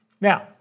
Now